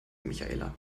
michaela